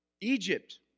Egypt